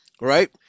right